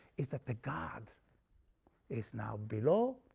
is that the guard is now below,